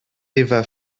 eva